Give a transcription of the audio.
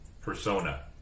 persona